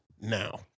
now